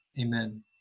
Amen